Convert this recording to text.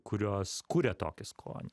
kurios kuria tokį skonį